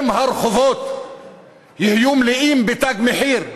אם הרחובות יהיו מלאים ב"תג מחיר"